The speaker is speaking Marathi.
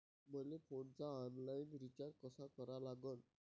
मले फोनचा ऑनलाईन रिचार्ज कसा करा लागन?